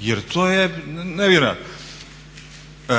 jer to je nevjerojatno.